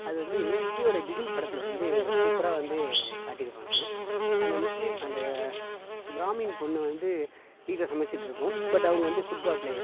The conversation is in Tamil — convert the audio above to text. அது வந்து விஜயோடய பிகில் படத்தில் வந்து சூப்பராக வந்து காட்டியிருப்பாங்க அந்த முஸ்லீம் அந்த பிராமின் பெண்ணு வந்து வீட்டில் சமைச்சிட்ருக்கும் பட்டு அவங்க வந்து ஃபுட்பால் ப்ளேயர்